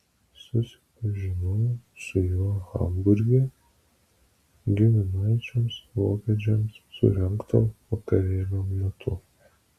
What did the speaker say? susipažinau su juo hamburge giminaičiams vokiečiams surengto vakarėlio metu